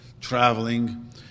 traveling